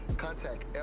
contact